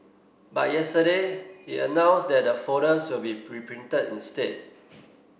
but yesterday it announced that the folders will be reprinted instead